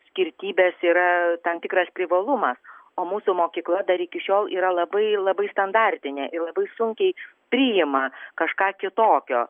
skirtybės yra tam tikras privalumas o mūsų mokykla dar iki šiol yra labai labai standartinė ir labai sunkiai priima kažką kitokio